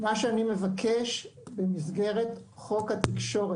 מה שאני מבקש במסגרת חוק התקשורת,